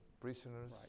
prisoners